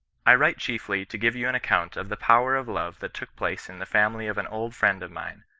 i write chiefly to give you an account of the power of love that took place in the family of an old friend of mine,